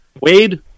Wade